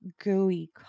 gooey